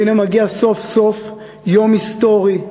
והנה מגיע סוף-סוף יום היסטורי,